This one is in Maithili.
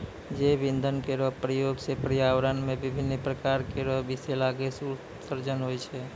जैव इंधन केरो प्रयोग सँ पर्यावरण म विभिन्न प्रकार केरो बिसैला गैस उत्सर्जन होय छै